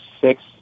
six